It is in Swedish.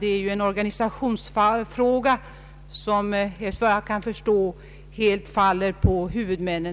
Det är en organisationsfråga som, efter vad jag kan förstå, helt faller på huvudmännen.